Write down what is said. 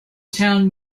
town